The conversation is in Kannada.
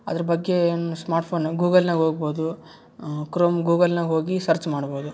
ಅದ್ರ ಬಗ್ಗೆ ಏನು ಸ್ಮಾರ್ಟ್ ಫೋನ್ ಗೂಗಲ್ನಾಗ ಹೋಗ್ಬೋದು ಕ್ರೋಮ್ ಗೂಗಲ್ನಾಗ ಹೋಗಿ ಸರ್ಚ್ ಮಾಡ್ಬೋದು